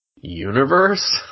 universe